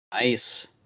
Nice